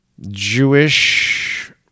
Jewish